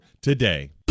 today